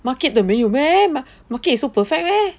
market 的没有 meh mar~ market is so perfect meh